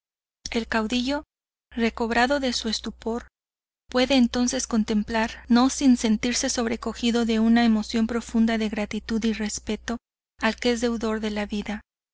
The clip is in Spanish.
el caudillo recobrado de su estupor puede entonces contemplar no sin sentirse sobrecogido de una emoción profunda de gratitud y respeto al que es deudor de la vida